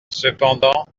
cependant